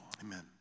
amen